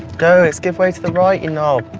go, it's give way to the right, you know